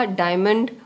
diamond